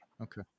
okay